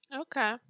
okay